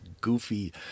goofy